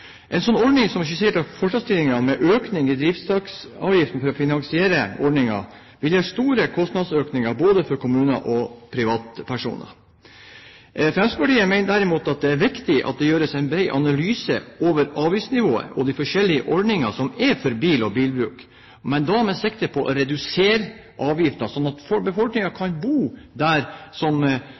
En slik ordning som er skissert av forslagsstillerne med økning i drivstoffavgiften for å finansiere ordningen, vil gi store kostnadsøkninger både for kommuner og privatpersoner. Fremskrittspartiet mener derimot at det er viktig at det gjøres en bred analyse av avgiftsnivået og de forskjellige ordningene som er for bil og bilbruk, men da med sikte på å redusere avgiften, slik at befolkningen kan bo der